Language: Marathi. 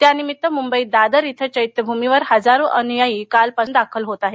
त्यानिमित्त मुंबईत दादर श्व चैत्यभूमिवर हजारो अनुयायी कालपासून दाखल होत आहेत